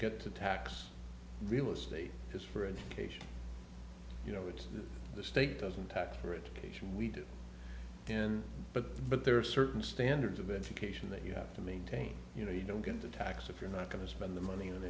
get to tax real estate is for education you know it's the state doesn't tax for education we do in but but there are certain standards of education that you have to maintain you know you don't get the tax if you're not going to spend the money on